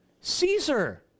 Caesar